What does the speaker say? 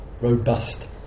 robust